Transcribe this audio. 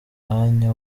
mwanya